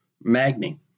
Magni